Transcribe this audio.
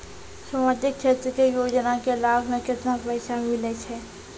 समाजिक क्षेत्र के योजना के लाभ मे केतना पैसा मिलै छै?